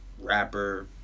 rapper